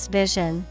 vision